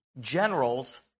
generals